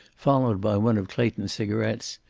followed by one of clayton's cigarets,